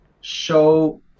show